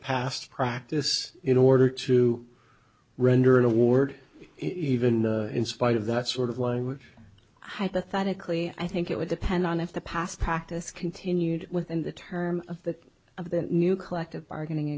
past practice in order to render an award even in spite of that sort of language hypothetically i think it would depend on if the past practice continued within the term of that of the new collective bargaining